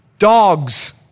Dogs